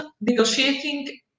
negotiating